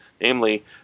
namely